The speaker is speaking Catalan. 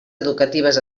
educatives